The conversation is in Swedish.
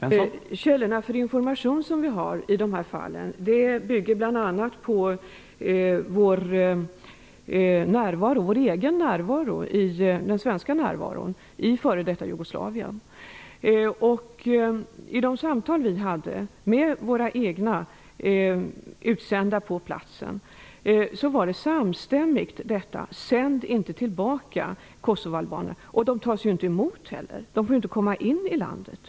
Herr talman! De källor för information som vi har i de här fallen bygger bl.a. på vår egen svenska närvaro i f.d. Jugoslavien. Av de samtal vi hade med våra egna utsända på platsen framkom samstämmigt: Sänd inte tillbaka kosovoalbanerna! Men de tas ju inte heller emot; de får ju inte komma in i landet.